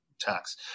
tax